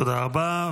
תודה רבה.